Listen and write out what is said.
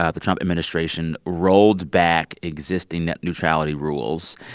ah the trump administration rolled back existing net neutrality rules.